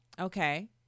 Okay